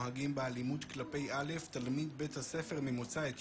הוא באמת נרתם לנושא והיה מזועזע בעצמו